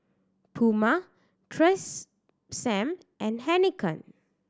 Puma Tresemme and Heinekein